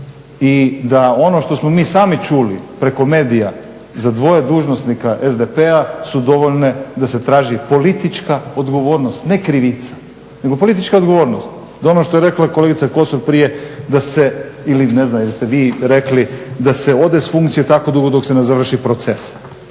i da ono što smo mi sami čuli preko medija za dvoje dužnosnika SDP-a su dovoljne da se traži politička odgovornost, ne krivica, nego politička odgovornost. Da ono što je rekla kolegica Kosor prije da se ili ne znam jeste vi rekli da se ode s funkcije tako dugo dok se ne završi proces.